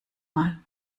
mal